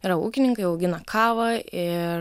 yra ūkininkai augina kavą ir